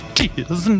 tears